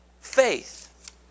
faith